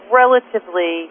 relatively